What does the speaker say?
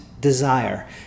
desire